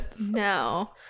No